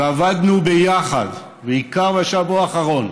ועבדנו ביחד, בעיקר בשבוע האחרון,